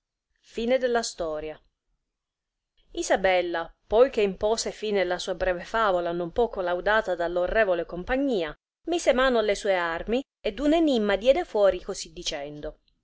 teme isabella poi che impose fine alla sua breve favola non poco laudata dall orrevole compagnia mise mano alle sue armi ed un enimma diede fuori così dicendo